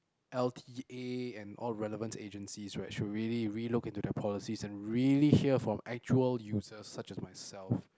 L_T_A and all relevant agencies right should really relook into their policies and really hear from actual users such as myself